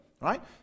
right